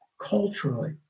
culturally